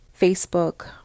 Facebook